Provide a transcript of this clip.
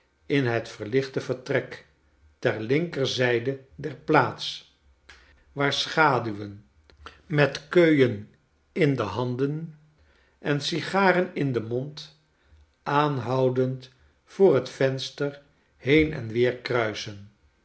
in het verlichte vertrek ter linkerzijde der plaats waar schaduwen met keuen in de handen en sigaren in den mond aanhoudend voor het venster heen en weer kruisen